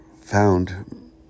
found